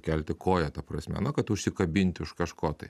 kelti koją ta prasme na kad užsikabinti už kažko tai